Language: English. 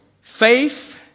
faith